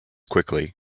quickly